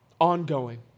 Ongoing